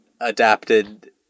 adapted